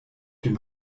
dem